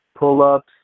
pull-ups